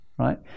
Right